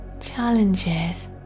Challenges